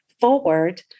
forward